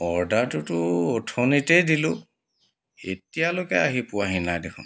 অৰ্ডাৰটোতো অথনিতেই দিলোঁ এতিয়ালৈকে আহি পোৱাহি নাই দেখোন